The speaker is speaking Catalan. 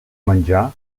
menjar